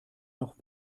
noch